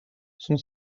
son